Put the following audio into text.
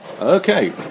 Okay